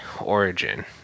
origin